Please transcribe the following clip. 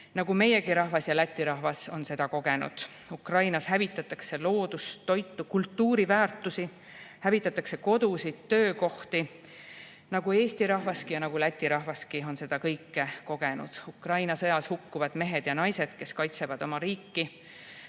nagu meiegi rahvas ja läti rahvas on seda kogenud. Ukrainas hävitatakse loodust, toitu, kultuuriväärtusi, hävitatakse kodusid, töökohti, nagu eesti rahvaski ja nagu läti rahvas on seda kõike kogenud. Ukraina sõjas hukkuvad mehed ja naised, kes kaitsevad oma riiki,